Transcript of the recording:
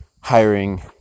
hiring